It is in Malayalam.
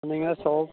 നിങ്ങളുടെ ഷോ